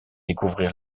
découvrir